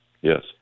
Yes